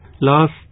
Last